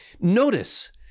Notice